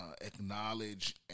acknowledge